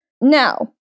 Now